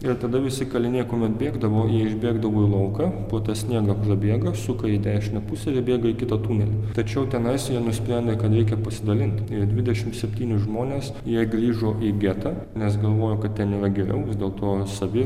ir tada visi kaliniai kuomet bėgdavo jie išbėgdavo į lauką pro tą sniegą prabėga suka į dešinę pusę ir jie bėga į kitą tunelį tačiau tenais jie nusprendė kad reikia pasidalint į dvidešim septynis žmones jie grįžo į getą nes galvojo kad ten yra geriau vis dėl to savi